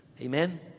Amen